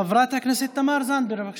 חברת הכנסת תמר זנדברג, בבקשה.